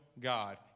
God